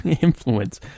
influence